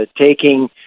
taking